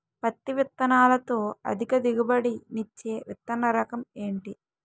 పత్తి విత్తనాలతో అధిక దిగుబడి నిచ్చే విత్తన రకం ఏంటి?